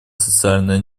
социальное